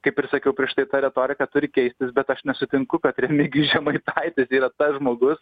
kaip ir sakiau prieš tai ta retorika turi keistis bet aš nesutinku kad remigijus žemaitaitis yra tas žmogus